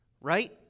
right